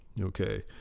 Okay